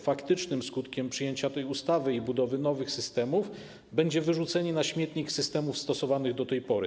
Faktycznym skutkiem przyjęcia tej ustawy i budowy nowych systemów będzie wyrzucenie na śmietnik systemów stosowanych do tej pory.